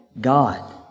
God